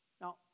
Now